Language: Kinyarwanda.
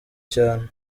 cyane